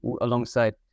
alongside